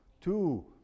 two